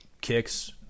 Kicks